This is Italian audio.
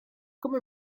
come